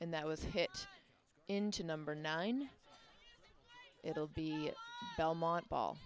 and that was hit into number nine it'll be belmont ball